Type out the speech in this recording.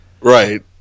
right